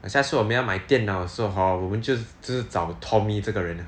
下次我们要买电脑的时候 hor 我们就只是找 tommy 这个人 ah